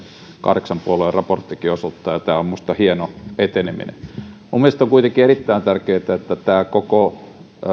kahdeksan puolueen raporttikin osoittaa ja tämä on minusta hieno eteneminen minun mielestäni on kuitenkin erittäin tärkeätä että koko